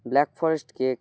black forest cake